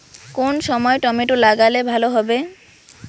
কোন সময় টমেটো লাগালে ভালো হবে?